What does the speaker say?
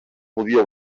podia